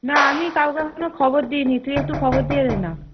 না আমি কাউকে এখনও খবর দিই নি তুই একটু খবর দিয়ে দে না